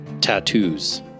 tattoos